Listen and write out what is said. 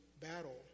battle